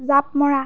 জাঁপ মৰা